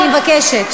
אני מבקשת.